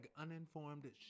uninformed